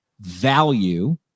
value